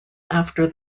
after